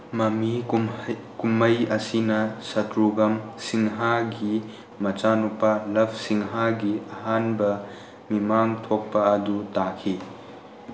ꯃꯃꯤ ꯀꯨꯝꯍꯩ ꯑꯁꯤꯅ ꯁꯇ꯭ꯔꯨꯒꯟ ꯁꯤꯟꯍꯥꯒꯤ ꯃꯆꯥꯅꯨꯄꯥ ꯂꯞ ꯁꯤꯟꯍꯥꯒꯤ ꯑꯍꯥꯟꯕ ꯃꯤꯃꯥꯡ ꯊꯣꯛꯄ ꯑꯗꯨ ꯇꯥꯈꯤ